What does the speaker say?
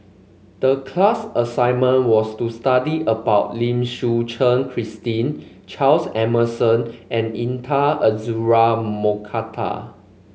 the class assignment was to study about Lim Suchen Christine Charles Emmerson and Intan Azura Mokhtar